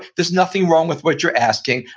there's nothing wrong with what you're asking.